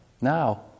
now